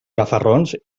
gafarrons